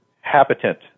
habitant